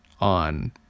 on